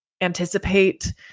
anticipate